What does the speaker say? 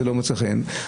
זה לא מוצא חן בעיניה,